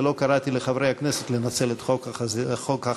ולא קראתי לחברי הכנסת לנצל את חוק החסינות.